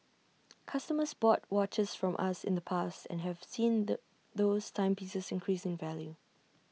customers bought watches from us in the past and have seen the those timepieces increase in value